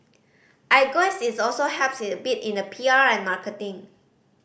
I guess is also helps a bit in the P R and marketing